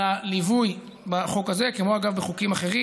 על הליווי בחוק הזה, כמו, אגב, בחוקים אחרים.